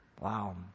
Wow